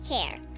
care